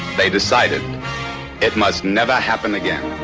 they decided it must never happen again.